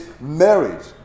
marriage